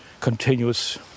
continuous